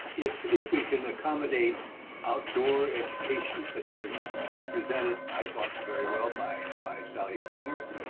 if if we can accommodate outdoor education such as presented i thought very well by by sally sanger,